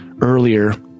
earlier